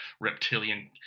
Reptilian